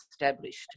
established